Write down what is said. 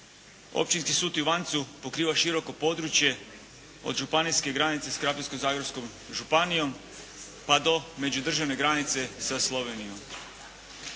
Općinski sud u Ivancu pokriva široko područje od županijske granice s Krapinsko-zagorskom županijom pa do međudržavne granice sa Slovenijom.